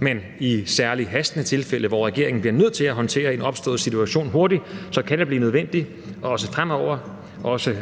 Men i særlig hastende tilfælde, hvor regeringen bliver nødt til at håndtere en opstået situation hurtigt, kan det også fremover under